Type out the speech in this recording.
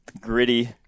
gritty